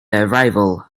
arrival